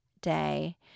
day